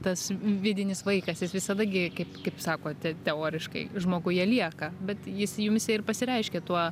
tas vidinis vaikas jis visada gi kaip kaip sakot teoriškai žmoguje lieka bet jis jumyse ir pasireiškia tuo